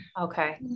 Okay